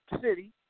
city